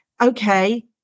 okay